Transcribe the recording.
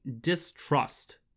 distrust